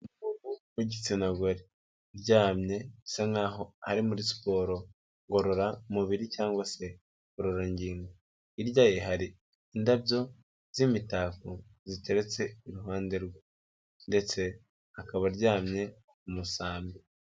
Umuntu w'igitsina gore uryamye bisa nkaho ari muri siporo ngororamubiri cyangwa se ngorororangingo, hirya ye hari indabyo z'imitako ziteretse iruhande rwe, ndetse akaba aryamye ku musambi.